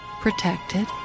protected